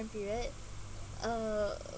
period err